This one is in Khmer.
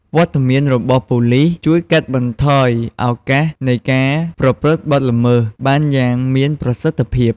វត្តមានរបស់ប៉ូលិស ជួយ កាត់បន្ថយឱកាសនៃការប្រព្រឹត្តបទល្មើស បានយ៉ាងមានប្រសិទ្ធភាព។